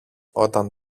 όταν